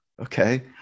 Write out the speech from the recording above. Okay